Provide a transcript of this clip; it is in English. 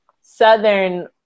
Southern